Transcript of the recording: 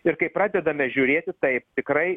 ir kai pradedame žiūrėti taip tikrai